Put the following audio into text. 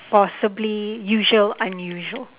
possibly usual unusual